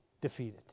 defeated